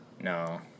no